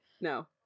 no